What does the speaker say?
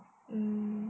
mm